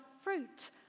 fruit